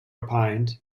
opined